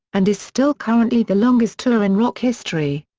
and is still currently the longest tour in rock history.